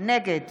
נגד